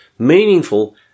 Meaningful